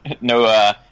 no